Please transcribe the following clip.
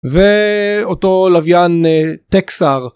ואותו לוויאן טקסר.